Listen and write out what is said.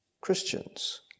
Christians